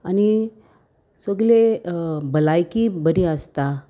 आनी सगली भलायकी बरी आसता